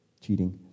cheating